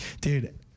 Dude